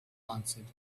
answered